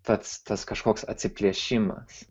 pats tas kažkoks atsiplėšimas